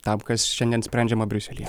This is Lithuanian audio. tam kas šiandien sprendžiama briuselyje